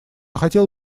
хотел